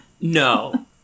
No